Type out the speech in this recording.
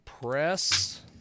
Press